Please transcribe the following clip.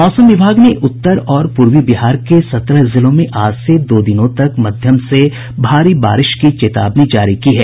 मौसम विभाग ने उत्तर और पूर्वी बिहार के सत्रह जिलों में आज से दो दिनों तक मध्यम से भारी बारिश की चेतावनी जारी की है